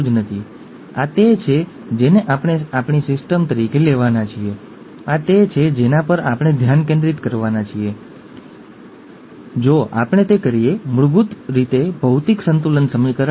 જો કે એવી ઘણી જુદી જુદી પરિસ્થિતિઓ હતી જ્યાં આ સ્પષ્ટપણે માન્ય ન હતું ઠીક છે